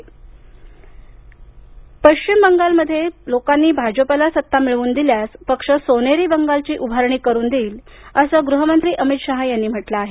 अमित शाह पश्चिम बंगालमध्ये लोकांनी भाजपाला सत्ता मिळवून दिल्यास पक्ष सोनेरी बंगालची उभारणी करुन देईल असं गृह मंत्री अमित शहा यांनी म्हटलं आहे